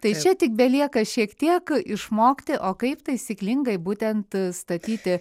tai čia tik belieka šiek tiek išmokti o kaip taisyklingai būtent statyti